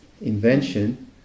invention